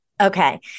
Okay